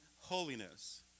holiness